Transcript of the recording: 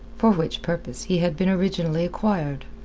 for which purpose he had been originally acquired.